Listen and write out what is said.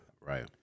Right